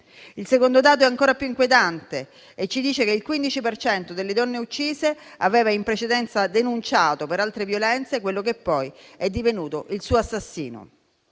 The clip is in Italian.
Il secondo dato è ancora più inquietante e ci dice che il 15 per cento delle donne uccise aveva in precedenza denunciato per altre violenze quello che poi è divenuto il suo assassino.